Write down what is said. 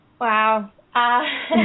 Wow